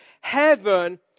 heaven